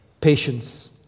Patience